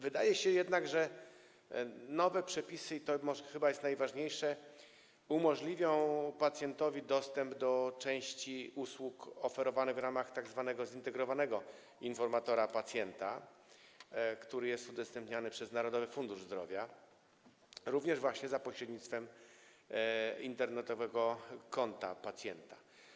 Wydaje się jednak, że nowe przepisy - i to chyba jest najważniejsze - umożliwią pacjentowi dostęp do części usług oferowanych w ramach tzw. zintegrowanego informatora pacjenta, który jest udostępniany przez Narodowy Fundusz Zdrowia również właśnie za pośrednictwem internetowego konta pacjenta.